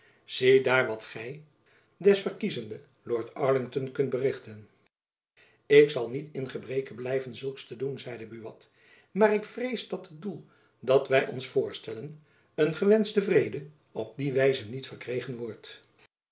zie daar wat gy des verkiezende lord arlington kunt berichten ik zal niet in gebreke blijven zulks te doen zeide buat maar ik vrees dat het doel dat wy ons voorstellen een gewenschte vrede op die wijze niet verkregen wordt